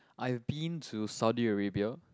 I've been to Saudi Arabia